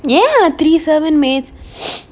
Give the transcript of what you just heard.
ya three servant maids